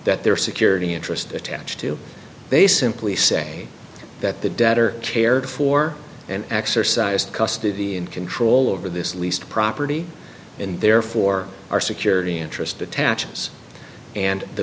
that their security interest attached to they simply say that the debtor cared for and exercised custody and control over this least property and therefore our security interest attaches and the